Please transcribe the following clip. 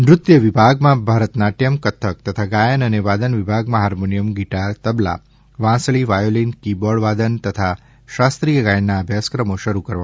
નૃત્યુ વિભાગમાં ભરત નાટયમ કથ્થક તથા ગાયન અને વાદન વિભાગમાં હાર્મોનિયમ ગિટાર તબલા વાંસળી વાયોલીન કી બોર્ડ વાદન તથા શાસ્ત્રીય ગાયનના અભ્યાસક્રમો શરૂ કરવામાં આવશે